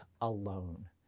alone